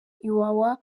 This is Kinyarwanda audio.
iwawa